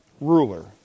ruler